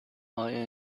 آیا